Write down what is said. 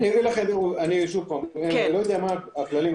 אני לא יודע מה הכללים.